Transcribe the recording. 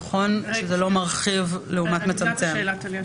לא מרחיב במקום לצמצם?